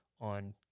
on